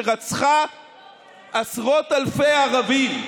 שרצחה עשרות אלפי ערבים.